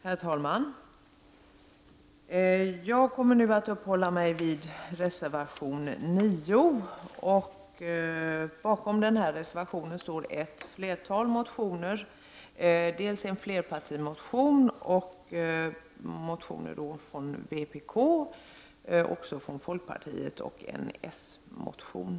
Herr talman! Jag kommer att uppehålla mig vid reservation 9. Bakom den reservationen ligger ett flertal motioner: en flerpartimotion, motioner från vpk och från folkpartiet samt en s-motion.